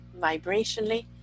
vibrationally